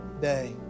day